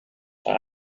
are